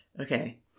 Okay